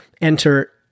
enter